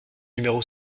numéro